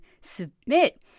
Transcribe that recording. submit